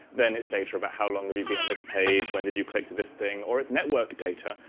then it's data about how long have you been on this page? when did you click to this thing? or it's network data,